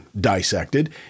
dissected